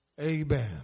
Amen